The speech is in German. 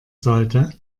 sollte